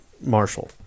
Marshall